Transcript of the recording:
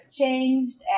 changed